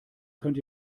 könnt